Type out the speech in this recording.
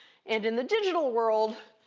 and in the digital world,